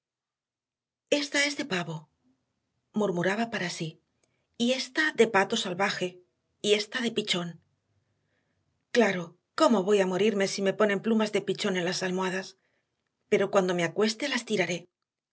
es de pavo murmuraba para sí y esta de pato salvaje y esta de pichón claro cómo voy a morirme si me ponen plumas de pichón en las almohadas pero cuando me acueste las tiraré